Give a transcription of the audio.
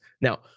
Now